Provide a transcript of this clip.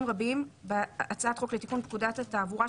רבים בהצעת חוק לתיקון פקודת התעבורה,